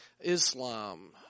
Islam